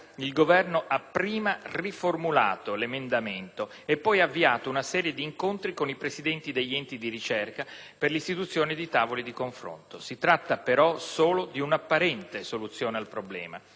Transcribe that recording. il Governo ha prima riformulato l'emendamento e poi avviato una serie di incontri con i presidenti degli enti di ricerca per l'istituzione di tavoli di confronto. Si tratta però solo di un'apparente soluzione al problema: